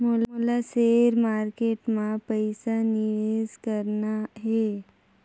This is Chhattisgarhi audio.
मोला शेयर मार्केट मां पइसा निवेश करना हे?